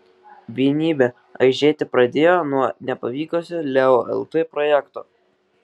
vienybė aižėti pradėjo nuo nepavykusio leo lt projekto